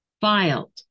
filed